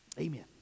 Amen